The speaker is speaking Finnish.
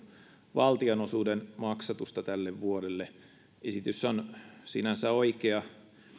valtionosuuden maksatusta tälle vuodelle esitys on sinänsä oikea